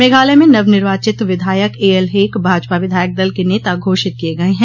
मेघालय में नवनिर्वाचित विधायक एएल हेक भाजपा विधायक दल के नेता घोषित किए गए हैं